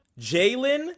Jalen